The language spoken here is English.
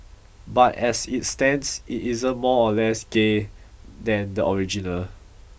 but as it stands it isn't more or less gay than the original